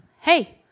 hey